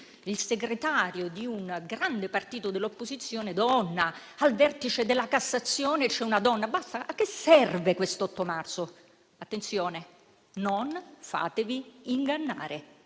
il segretario di un grande partito dell'opposizione donna; al vertice della Cassazione c'è una donna. Basta, a che serve questo 8 marzo? Attenzione! Non fatevi ingannare.